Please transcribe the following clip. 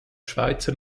schweizer